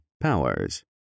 powers